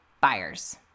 buyers